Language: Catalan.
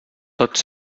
tots